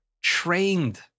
trained